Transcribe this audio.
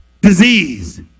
disease